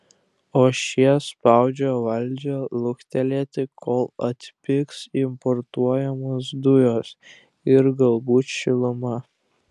o šie spaudžia valdžią luktelėti kol atpigs importuojamos dujos ir galbūt šiluma